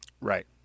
Right